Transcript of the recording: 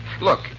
Look